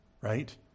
right